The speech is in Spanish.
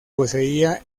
poseía